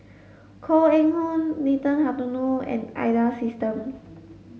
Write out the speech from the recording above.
Koh Eng Hoon Nathan Hartono and Ida systems